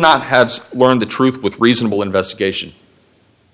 not have learned the truth with reasonable investigation